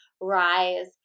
rise